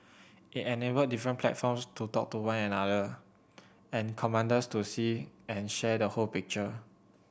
it enabled different platforms to talk to one another and commanders to see and share the whole picture